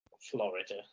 Florida